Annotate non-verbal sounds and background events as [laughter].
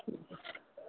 ঠিক [unintelligible]